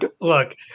look